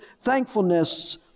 thankfulness